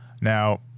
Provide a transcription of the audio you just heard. Now